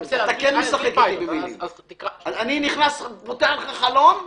אני פותח לך חלון,